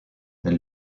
elle